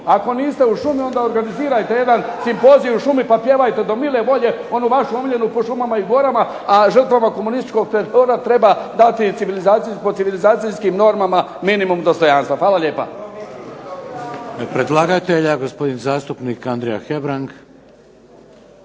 Ako niste u šumi onda organizirajte jedan simpozij u šumi pa pjevajte onu vama omiljenu "Po šumama i gorama" a žrtvama komunističkog terora treba dati po civilizacijskim normama minimum dostojanstva. Hvala lijepa.